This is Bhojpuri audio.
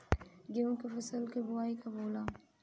गेहूं के फसल के बोआई कब होला?